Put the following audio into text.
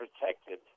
protected